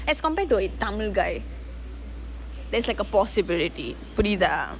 as compared to a tamil guy there's like a possibility புரியுதா:puriyutha